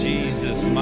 Jesus